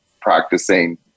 practicing